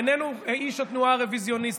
איננו איש התנועה הרוויזיוניסטית.